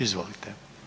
Izvolite.